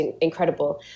incredible